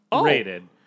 rated